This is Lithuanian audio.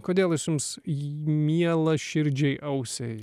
kodėl jums ji miela širdžiai ausiai